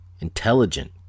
intelligent